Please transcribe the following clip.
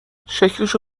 شکلشو